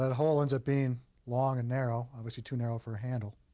hole ends up being long and narrow, obviously too narrow for a handle.